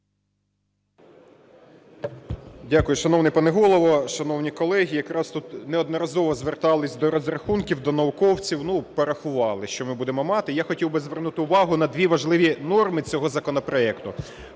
Дякую. Шановний пане Голово, шановні колеги! Якраз тут неодноразово звертались до розрахунків, до науковців. Порахували що ми будемо мати. Я хотів би звернути увагу на дві важливі норми цього законопроекту.